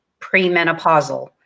premenopausal